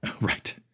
right